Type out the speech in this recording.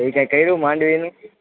પછી કાઈ કર્યું માડવીનું